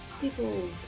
people